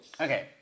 Okay